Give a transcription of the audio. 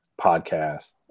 podcast